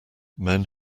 men